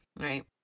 Right